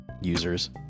Users